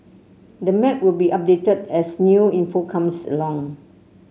the map will be updated as new info comes along